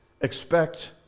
expect